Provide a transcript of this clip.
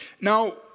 Now